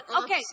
Okay